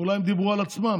אולי הם דיברו על עצמם.